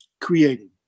creating